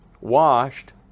washed